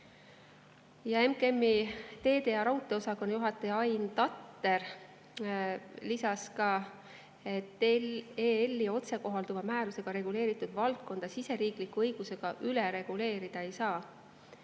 MKM-i teede‑ ja raudteeosakonna juhataja Ain Tatter lisas, et EL‑i otsekohalduva määrusega reguleeritud valdkonda siseriikliku õigusega üle reguleerida ei saa.